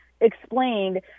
explained